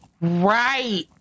Right